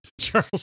Charles